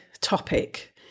topic